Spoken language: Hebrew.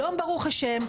היום ברוך השם,